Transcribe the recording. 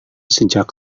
sejak